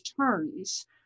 turns